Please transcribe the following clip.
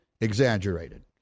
exaggerated